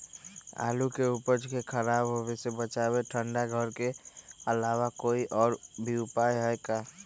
आलू के उपज के खराब होवे से बचाबे ठंडा घर के अलावा कोई और भी उपाय है का?